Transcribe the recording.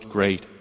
Great